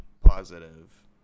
positive